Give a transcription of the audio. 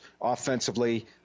offensively